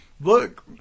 Look